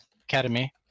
Academy